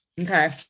okay